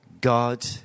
God